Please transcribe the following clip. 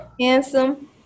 handsome